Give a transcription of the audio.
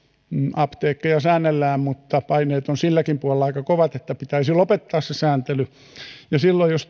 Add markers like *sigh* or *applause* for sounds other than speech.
apteekkeja säännellään mutta paineet ovat silläkin puolella aika kovat että pitäisi lopettaa se sääntely ja silloin jos *unintelligible*